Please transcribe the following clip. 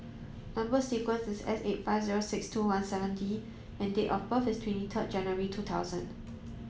number sequence is S eight five zero six two one seven D and date of birth is twenty third January two thousand